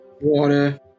water